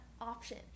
option